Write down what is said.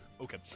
Okay